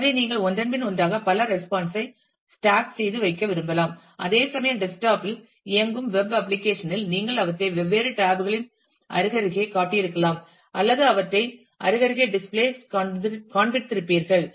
எனவே நீங்கள் ஒன்றன்பின் ஒன்றாக பல ரெஸ்பான்ஸ் ஐ ஸ்டாக் செய்து வைக்க விரும்பலாம் அதேசமயம் டெஸ்க்டாப்பில் இயங்கும் வெப் அப்ளிகேஷன் இல் நீங்கள் அவற்றை வெவ்வேறு tabs களில் அருகருகே காட்டியிருக்கலாம் அல்லது அவற்றை அருகருகே display காண்பித்திருப்பீர்கள்